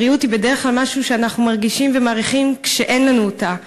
הבריאות היא בדרך כלל משהו שאנחנו מרגישים ומעריכים כשאין לנו אותו,